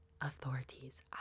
Authorities